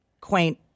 quaint